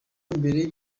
mbere